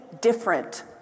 different